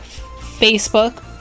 Facebook